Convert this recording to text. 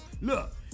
Look